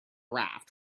raft